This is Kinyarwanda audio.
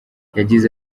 yagize